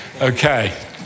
Okay